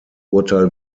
urteil